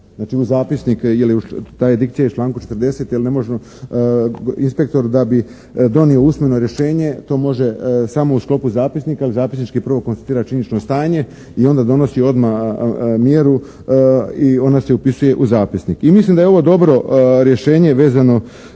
znači u zapisnik ili ta edikcija je u članku 40. jer ne možemo. Inspektor da bi donio usmeno rješenje to može samo u sklopu zapisnika jer zapisnički prvo konstatira činjenično stanje i onda donosi odmah mjeru i ona se upisuje u zapisnik i mislim da je ovo dobro rješenje vezano